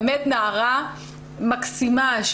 נערה מקסימה.